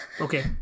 Okay